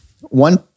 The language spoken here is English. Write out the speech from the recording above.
one